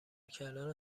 کردن